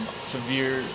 severe